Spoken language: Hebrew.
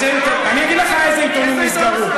אני אגיד לך איזה עיתונים נסגרו.